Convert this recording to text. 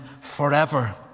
forever